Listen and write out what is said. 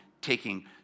taking